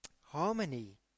Harmony